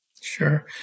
Sure